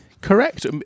Correct